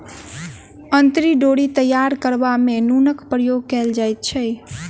अंतरी डोरी तैयार करबा मे नूनक प्रयोग कयल जाइत छै